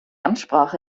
amtssprache